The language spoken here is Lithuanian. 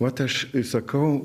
vat aš sakau